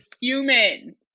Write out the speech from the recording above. humans